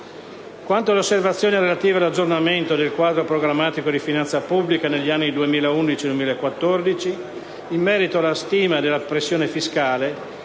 Quando alle osservazioni relative all'aggiornamento del quadro programmatico di finanza pubblica negli anni 2011-2014 in merito alla stima della pressione fiscale,